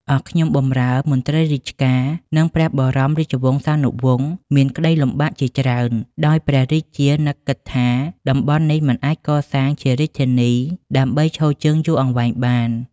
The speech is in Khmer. អស់ខ្ញុំបម្រើ មន្ត្រីរាជការ និង ព្រះបរមរាជវង្សានុវង្ស មានក្ដីលំបាកជាច្រើន ដោយព្រះរាជានឹកគិតថា តំបន់នេះមិនអាចកសាងជារាជធានីដើម្បីឈរជើងយូរអង្វែងបាន។